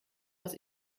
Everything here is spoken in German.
aus